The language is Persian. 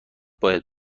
باید